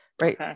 right